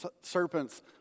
serpent's